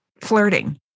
flirting